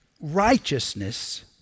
righteousness